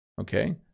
okay